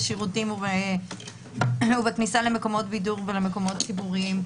בשירותים ובכניסה למקומות בידור ולמקומות ציבוריים.